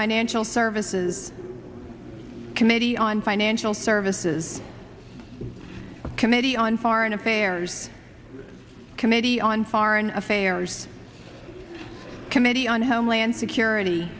financial services committee on financial services committee on foreign affairs committee on foreign affairs committee on homeland security